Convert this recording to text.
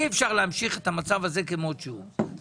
אי-אפשר להמשיך את המצב הזה כמות שהוא.